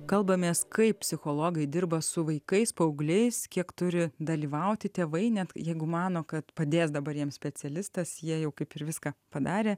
kalbamės kaip psichologai dirba su vaikais paaugliais kiek turi dalyvauti tėvai net jeigu mano kad padės dabar jiems specialistas jie jau kaip ir viską padarė